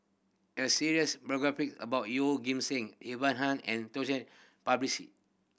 a series biography about Yeoh Ghim Seng Ivan Heng and